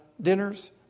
dinners